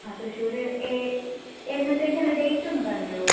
ആ തൃശ്ശൂർ ഏ എന്നത്തേക്കാണ് ഡേറ്റ് ഒന്ന് പറയുമോ